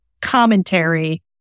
commentary